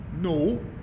No